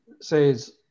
says